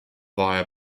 via